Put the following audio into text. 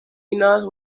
inner